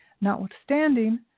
Notwithstanding